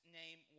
name